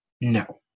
No